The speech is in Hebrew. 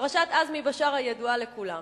פרשת עזמי בשארה ידועה לכולם.